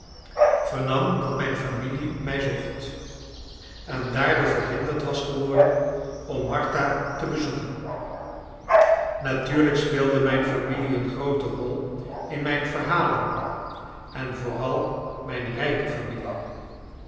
vernam dat mijn familie mij zocht en daardoor verhinderd was geworden om martha te bezoeken natuurlijk speelde mijn familie een groote rol in mijn verhalen en vooral mijn rijke familie